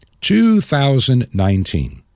2019